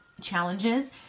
challenges